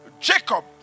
Jacob